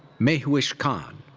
mehwish khan.